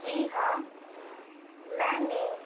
جی ہاں میں نے